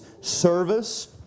Service